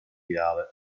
viale